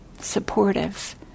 supportive